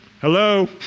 Hello